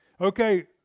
Okay